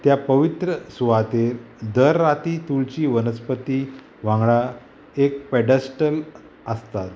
त्या पवित्र सुवातेर दर राती तुळशी वनस्पती वांगडा एक पेडस्टल आसतात